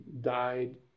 died